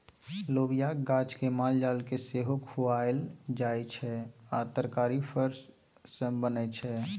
लोबियाक गाछ केँ मालजाल केँ सेहो खुआएल जाइ छै आ तरकारी फर सँ बनै छै